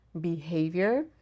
behavior